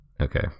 okay